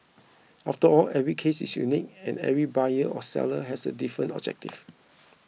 after all every case is unique and every buyer or seller has a different objective